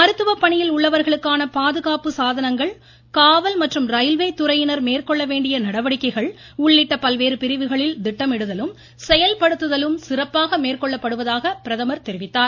மருத்துவப் பணியில் உள்ளவர்களுக்கான பாதுகாப்பு சாதனங்கள் காவல் மற்றும் ரயில்வே துறையினர் மேற்கொள்ள வேண்டிய நடவடிக்கைகள் உள்ளிட்ட பல்வேறு பிரிவுகளில் திட்டமிடுதலும் செயல்படுத்துதலும் சிறப்பாக மேற்கொள்ளப்படுவதாக தெரிவித்தார்